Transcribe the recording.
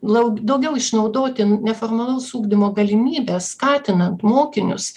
lauk daugiau išnaudoti neformalaus ugdymo galimybes skatinant mokinius